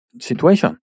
situation